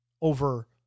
over